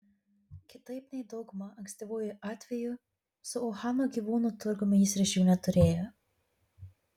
kitaip nei dauguma ankstyvųjų atvejų su uhano gyvūnų turgumi jis ryšių neturėjo